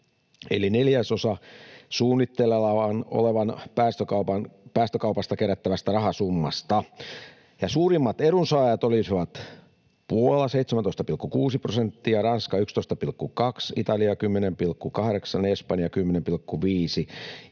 eli neljäsosa suunnitteilla olevasta päästökaupasta kerättävästä rahasummasta. Suurimmat edunsaajat olisivat Puola, 17,6 prosenttia, Ranska, 11,2, Italia, 10,8, Espanja, 10,5, ja